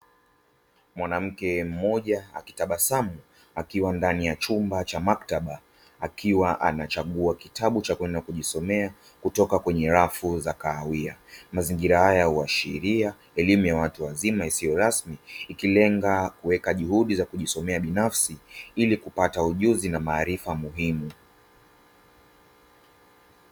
Mwanamke mmoja akitabasamu, akiwa ndani ya chumba cha maktaba, akiwa anachagua kitabu cha kwenda kujisomea kutoka kwenye rafu za kahawia. Mazingira haya huashiria elimu ya watu wazima isiyo rasmi, ikilenga kuweka juhudi za kujisomea binafsi ili kupata ujuzi na maarifa muhimu.